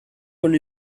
con